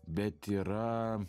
bet yra